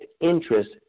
interest